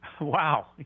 wow